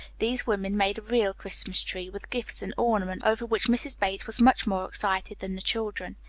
these women made a real christmas tree, with gifts and ornaments, over which mrs. bates was much more excited than the children.